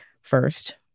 first